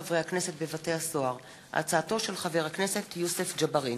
דיון מהיר בהצעתו של חבר הכנסת יוסף ג'בארין